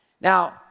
Now